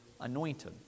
anointed